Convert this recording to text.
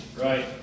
Right